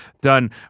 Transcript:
done